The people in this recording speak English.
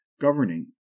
governing